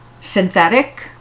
synthetic